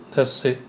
that's sick